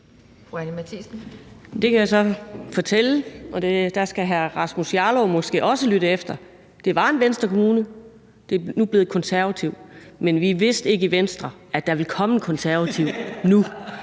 Det kan jeg så fortælle. Og der skal hr. Rasmus Jarlov måske også lytte efter. Det var en Venstrekommune, men den er nu blevet konservativ. Men vi vidste ikke i Venstre, at den ville blive konservativ nu.